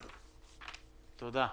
תודה.